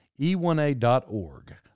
E1A.org